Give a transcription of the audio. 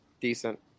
decent